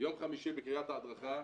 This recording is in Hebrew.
יום חמישי בקרית ההדרכה,